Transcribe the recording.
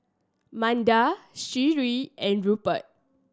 Manda Sheree and Rupert